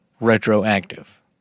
retroactive